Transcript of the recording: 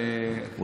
שר העבודה,